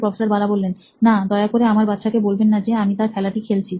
professor Bala না দয়া করে আমার বাচ্চাকে বলবেন না যে আমি তার খেলাটি খেলছি